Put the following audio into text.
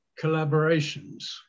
collaborations